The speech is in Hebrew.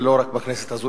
ולא רק בכנסת הזאת,